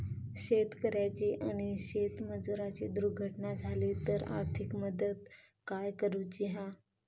शेतकऱ्याची आणि शेतमजुराची दुर्घटना झाली तर आर्थिक मदत काय करूची हा?